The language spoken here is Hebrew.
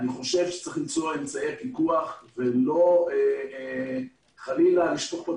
אני חושב שצריך למצוא פיקוח ולא חלילה לשפוך את